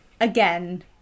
Again